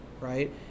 right